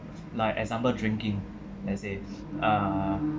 like example drinking let's say uh